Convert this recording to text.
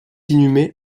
inhumé